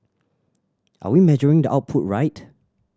are we measuring the output right